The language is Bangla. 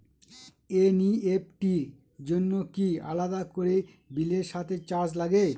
এন.ই.এফ.টি র জন্য কি আলাদা করে বিলের সাথে চার্জ লাগে?